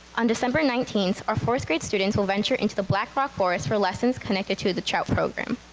on december nineteenth, our fourth grade students will venture into the black rock forest for lessons connected to the trout program.